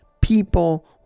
people